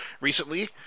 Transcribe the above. recently